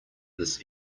this